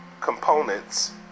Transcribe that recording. components